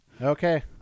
Okay